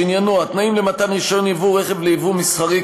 שעניינו התנאים למתן רישיון יבוא רכב ליבוא מסחרי,